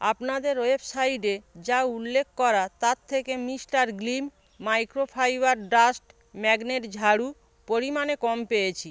আপনাদের ওয়েবসাইটে যা উল্লেখ করা তার থেকে মিস্টার গ্লিম মাইক্রোফাইবার ডাস্ট ম্যাগনেট ঝাড়ু পরিমাণে কম পেয়েছি